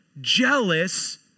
jealous